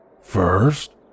First